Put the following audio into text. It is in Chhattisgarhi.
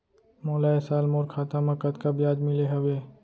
मोला ए साल मोर खाता म कतका ब्याज मिले हवये?